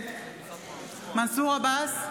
נגד מנסור עבאס,